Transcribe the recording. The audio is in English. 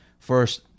First